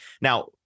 Now